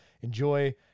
enjoy